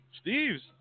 Steve's